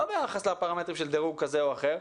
לא ביחס לפרמטרים של דירוג כזה או אחר,